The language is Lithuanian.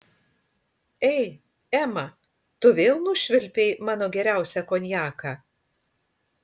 ei ema tu vėl nušvilpei mano geriausią konjaką